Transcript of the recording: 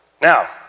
Now